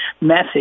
message